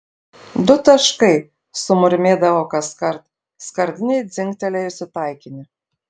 du taškai sumurmėdavo kaskart skardinei dzingtelėjus į taikinį